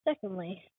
Secondly